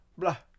blah